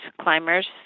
climbers